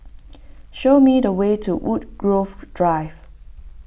show me the way to Woodgrove Drive